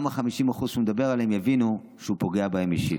גם ה-50% שהוא מדבר עליהם יבינו שהוא פוגע בהם אישית.